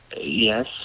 Yes